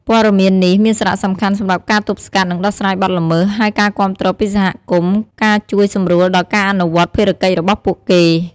ព័ត៌មាននេះមានសារៈសំខាន់សម្រាប់ការទប់ស្កាត់ និងដោះស្រាយបទល្មើស ហើយការគាំទ្រពីសហគមន៍ ការជួយសម្រួលដល់ការអនុវត្តភារកិច្ចរបស់ពួកគេ។